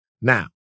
Now